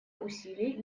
усилий